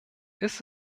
ist